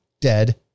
dead